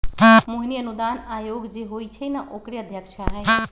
मोहिनी अनुदान आयोग जे होई छई न ओकरे अध्यक्षा हई